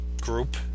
group